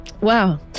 Wow